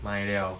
买 liao